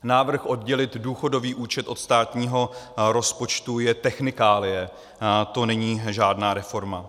Návrh oddělit důchodový účet od státního rozpočtu je technikálie, to není žádná reforma.